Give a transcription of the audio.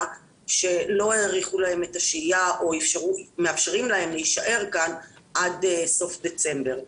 אשר לא האריכו להם את השהייה או מאפשרים להם להישאר פה עד סוף דצמבר.